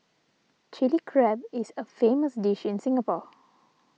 Chilli Crab is a famous dish in Singapore